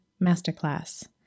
Masterclass